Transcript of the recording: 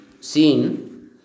seen